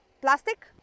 plastic